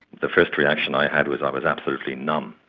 the first reaction i had was i was absolutely numb.